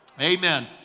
Amen